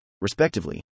respectively